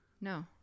No